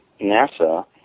NASA